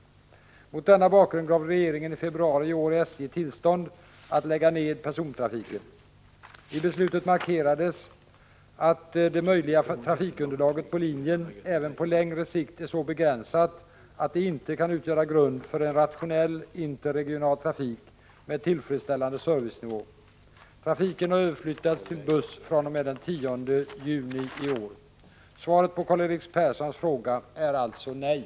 Mot denna bakgrund gav regeringen i februari i år SJ tillstånd att lägga ned persontrafiken. I beslutet markerades att det möjliga trafikunderlaget på linjen även på längre sikt är så begränsat att det inte kan utgöra grund för en rationell interregional trafik med tillfredsställande servicenivå. Trafiken har överflyttats till buss fr.o.m. den 10 juni i år. Svaret på Karl-Erik Perssons fråga är alltså nej.